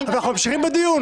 אנחנו ממשיכים בדיון.